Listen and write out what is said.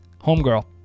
homegirl